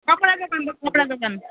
कपडा दोकान हो कपडा दोकान